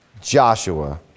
Joshua